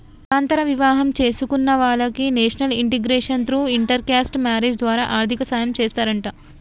కులాంతర వివాహం చేసుకున్న వాలకి national integration through inter caste marriage ద్వారా ఆర్థిక సాయం చేస్తారంట